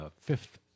fifth